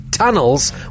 Tunnels